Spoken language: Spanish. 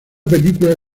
película